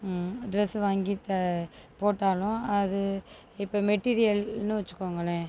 dress வாங்கி த போட்டாலும் அது இப்போ மெட்டிரியல்னு வச்சுக்கோங்களேன்